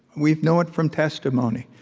we know it from testimony.